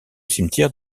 cimetière